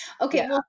okay